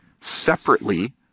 separately